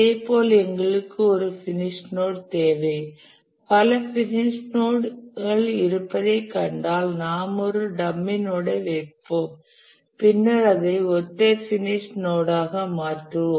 இதேபோல் எங்களுக்கு ஒரு பினிஷ் நோட் தேவை பல பினிஷ் நோட்கள் இருப்பதைக் கண்டால் நாம் ஒரு டம்மி நோடை வைப்போம் பின்னர் அதை ஒற்றை பினிஷ் நோடாக மாற்றுவோம்